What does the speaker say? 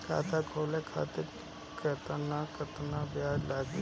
खाता खोले खातिर केतना केतना कागज लागी?